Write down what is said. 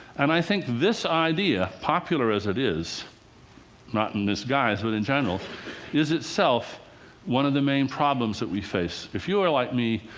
and i think this idea, popular as it is not in this guise, but in general is itself one of the main problems that we face. if you are like me,